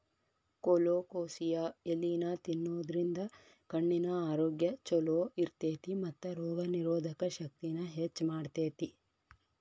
colocasia ಎಲಿನಾ ತಿನ್ನೋದ್ರಿಂದ ಕಣ್ಣಿನ ಆರೋಗ್ಯ್ ಚೊಲೋ ಇರ್ತೇತಿ ಮತ್ತ ರೋಗನಿರೋಧಕ ಶಕ್ತಿನ ಹೆಚ್ಚ್ ಮಾಡ್ತೆತಿ